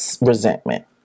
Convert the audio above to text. resentment